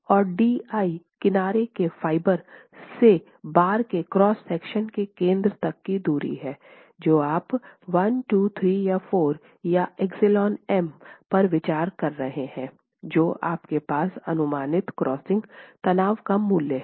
और d i किनारे के फाइबर से बार के क्रॉस सेक्शन के केंद्र तक की दूरी है जो आप 1 2 3 या 4 और εm पर विचार कर रहे हैं जो आपके पास अनुमानित क्रशिंग तनाव का मूल्य है